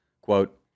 Quote